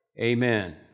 Amen